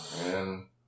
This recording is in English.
man